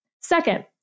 Second